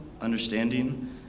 understanding